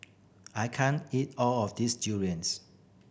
I can't eat all of this durians